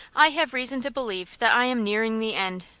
i have reason to believe that i am nearing the end.